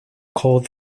called